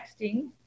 texting